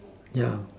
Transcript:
yeah